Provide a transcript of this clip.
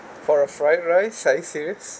for a fried rice are you serious